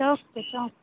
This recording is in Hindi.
चौक पर चौक पर